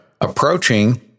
approaching